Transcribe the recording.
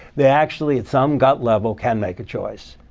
they actually, at some gut level, can make a choice.